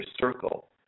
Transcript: circle